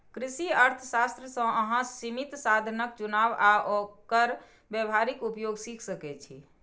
कृषि अर्थशास्त्र सं अहां सीमित साधनक चुनाव आ ओकर व्यावहारिक उपयोग सीख सकै छी